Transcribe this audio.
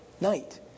night